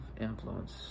influence